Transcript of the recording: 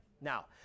Now